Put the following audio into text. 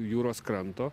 jūros kranto